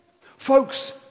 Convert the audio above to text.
Folks